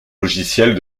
logiciels